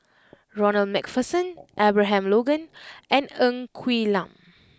Ronald MacPherson Abraham Logan and Ng Quee Lam